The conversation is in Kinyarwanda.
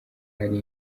hari